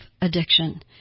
addiction